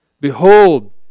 Behold